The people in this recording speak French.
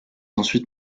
ensuite